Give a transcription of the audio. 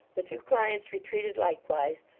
the two clients retreated likewise,